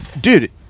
Dude